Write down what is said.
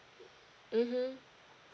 mmhmm